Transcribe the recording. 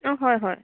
অঁ হয় হয়